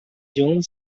june